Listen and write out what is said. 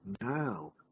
Now